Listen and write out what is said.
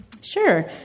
Sure